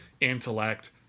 intellect